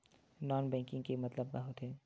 Non banking के मतलब का होथे?